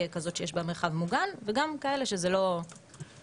כזאת שיש בה מרחב מוגן וגם כאלה שזה לא העניין.